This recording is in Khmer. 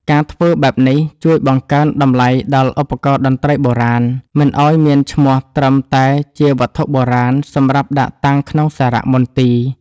ការធ្វើបែបនេះជួយបង្កើនតម្លៃដល់ឧបករណ៍តន្ត្រីបុរាណ មិនឱ្យមានឈ្មោះត្រឹមតែជាវត្ថុបុរាណសម្រាប់ដាក់តាំងក្នុងសារមន្ទីរ។